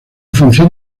función